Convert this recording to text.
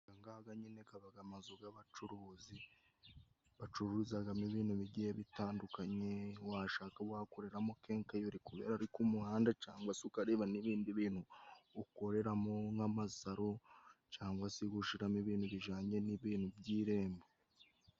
Akangakaga nyine kabaga amazu gabacuruzi. Bacuruzagamo ibintu bigiye bitandukanye. Washaka wakoreramo kenkayeri, kubera ari ku muhanda cangwa se ukareba n'ibindi bintu ukoreramo nk'amasaro. Cangwa se ugashiramo ibintu bijanye n'irembo.